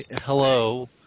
hello